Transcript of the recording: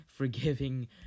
forgiving